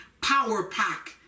power-pack